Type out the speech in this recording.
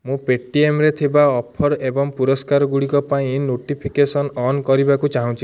ମୁଁ ପେଟିଏମ୍ରେ ଥିବା ଅଫର୍ ଏବଂ ପୁରସ୍କାରଗୁଡ଼ିକ ପାଇଁ ନୋଟିଫିକେସନ୍ ଅନ୍ କରିବାକୁ ଚାହୁଁଛି